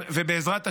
בעזרת השם,